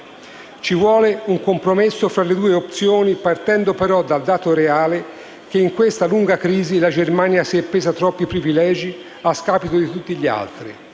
Ci vuole un compromesso fra le due opzioni, partendo però dal dato reale che in questa lunga crisi la Germania si è presa troppi privilegi a scapito di tutti gli altri,